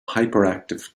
hyperactive